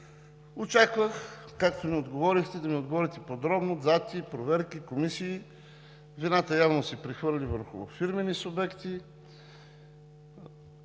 Очаквах, както ми отговорихте, да ми отговорите подробно – дати, проверки, комисии. Вината явно се прехвърли върху фирмени субекти.